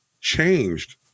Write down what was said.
changed